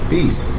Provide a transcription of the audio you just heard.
Peace